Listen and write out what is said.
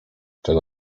czego